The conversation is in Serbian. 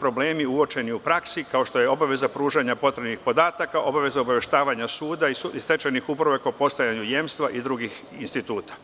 problemi uočeni u praksi, kao što je obaveza pružanja potrebnih podataka, obaveza obaveštavanja suda i stečajnih uprava kao postojanja jemstva i drugih instituta.